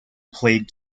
plagued